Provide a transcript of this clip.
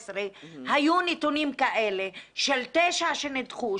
זה לא יכול להיות שב-2019 היו נתונים כאלה של תשעה שנדחו,